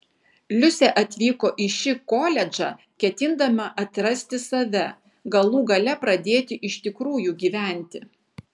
liusė atvyko į šį koledžą ketindama atrasti save galų gale pradėti iš tikrųjų gyventi